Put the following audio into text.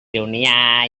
dunia